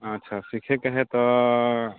अच्छा सीखैके है तऽ